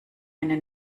eine